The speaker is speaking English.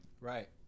Right